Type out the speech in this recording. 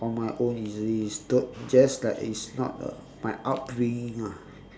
on my own easily it's too just like it's not uh my upbringing ah